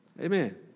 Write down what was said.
Amen